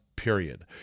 Period